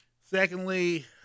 Secondly